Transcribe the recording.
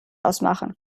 ausmachen